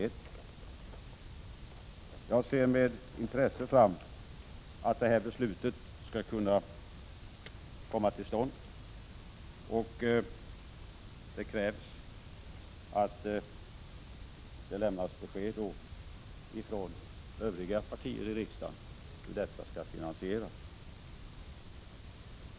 Jag ser med intresse fram emot ett sådant beslut. För att det skall kunna fattas krävs att det lämnas besked från övriga partier i riksdagen om hur det skall finansieras.